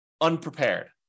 unprepared